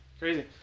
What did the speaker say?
Crazy